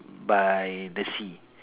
by the sea